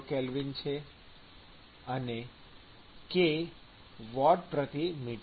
kelvin છે અને k વૉટમી